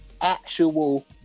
actual